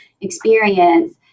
experience